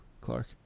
Clark